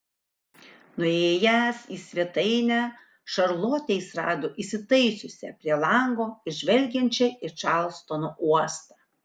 nuėjęs į svetainę šarlotę jis rado įsitaisiusią prie lango ir žvelgiančią į čarlstono uostą